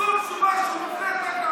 זו תשובה שמופנית רק